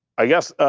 i guess,